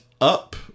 up